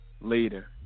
Later